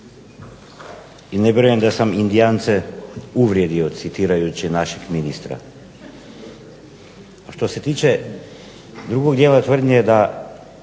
I ne vjerujem da sam indijance uvrijedio citirajući našeg ministra. A što se tiče drugog dijela tvrdnje da